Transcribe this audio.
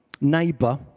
neighbor